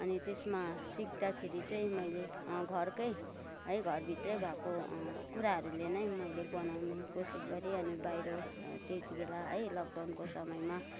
अनि त्यसमा सिक्दाखेरि चाहिँ घरकै है घरभित्रै भएको कुराहरूले नै मैले बनाउने कोसिस गरेँ अनि बाहिर त्यतिबेला है लकडाउनको समयमा